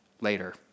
later